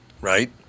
Right